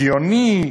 הגיוני,